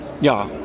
ja